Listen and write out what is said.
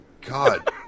God